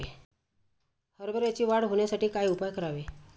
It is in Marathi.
हरभऱ्याची वाढ होण्यासाठी काय उपाय करावे?